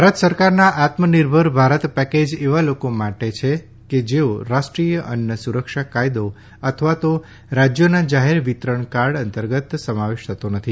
ભારત સરકારના આત્મનિર્ભર ભારત પછે એવા લોકો માટે છ કે જેઓ રાષ્ટ્રીય અન્ન સુરક્ષા કાયદો આપવા તો રાપ્ત થોના જાહેર વિતરણ કાર્ડ અંતર્ગત સમાવવા થતો નથી